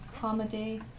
comedy